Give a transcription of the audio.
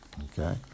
okay